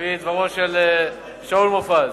לפי דברו של שאול מופז.